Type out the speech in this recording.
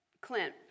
Clint